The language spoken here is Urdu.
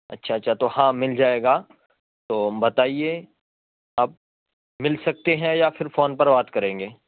اچھا اچھا تو ہاں مل جائے گا تو بتائیے آپ مل سکتے ہیں یا پھر فون پر بات کریں گے